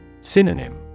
Synonym